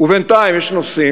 ובינתיים יש נושאים